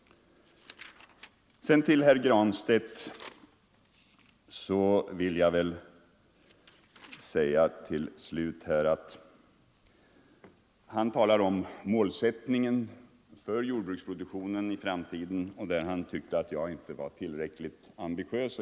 Jag vill till sist säga några ord till herr Granstedt. Han talar om målsättningen för jordbruksproduktionen i framtiden; han tyckte att jag inte var tillräckligt ambitiös.